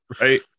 Right